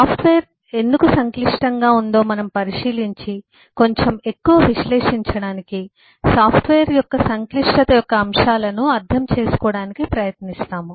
software ఎందుకు సంక్లిష్టంగా ఉందో మనం పరిశీలించి కొంచెం ఎక్కువ విశ్లేషించడానికి సాఫ్ట్వేర్ యొక్క సంక్లిష్టత యొక్క అంశాలను అర్థం చేసుకోవడానికి ప్రయత్నిస్తాము